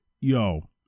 Yo